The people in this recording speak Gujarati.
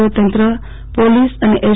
ઓ તંત્ર પોલીસ અને એસ